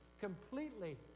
completely